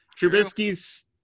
Trubisky's